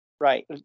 right